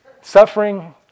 Suffering